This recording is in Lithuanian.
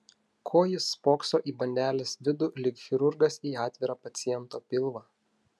ko jis spokso į bandelės vidų lyg chirurgas į atvirą paciento pilvą